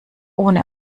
ohne